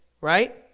right